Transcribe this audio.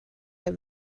der